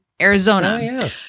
Arizona